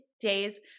days